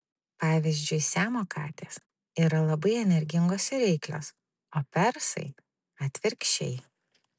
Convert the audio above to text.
pavyzdžiui siamo katės yra labai energingos ir reiklios o persai atvirkščiai